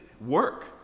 work